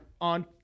on